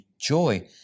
joy